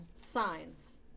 signs